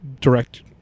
direct